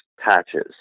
patches